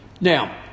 Now